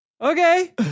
okay